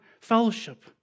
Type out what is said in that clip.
fellowship